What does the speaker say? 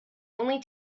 only